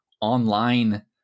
online